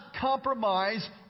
compromise